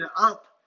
up